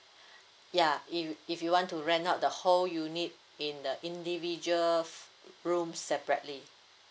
ya if you if you want to rent out the whole unit in the individual room separately